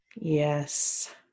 Yes